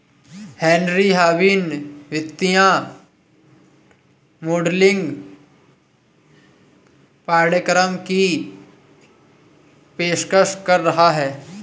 Henry Harvin वित्तीय modelling पाठ्यक्रम की पेशकश कर रहा हैं